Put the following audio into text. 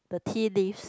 the tea leaves